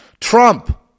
Trump